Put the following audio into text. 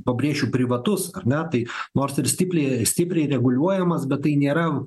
pabrėšiu privatus ar ne tai nors ir stipriai stipriai reguliuojamas bet tai nėra